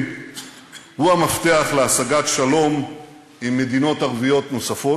הוא המפתח להשגת שלום עם מדינות ערביות נוספות,